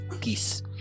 peace